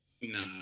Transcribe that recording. nah